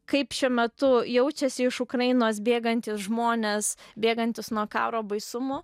kaip šiuo metu jaučiasi iš ukrainos bėgantys žmonės bėgantys nuo karo baisumų